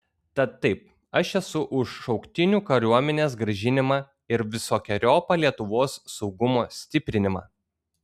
tad taip aš esu už šauktinių kariuomenės grąžinimą ir visokeriopą lietuvos saugumo stiprinimą